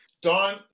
don